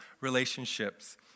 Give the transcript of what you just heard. relationships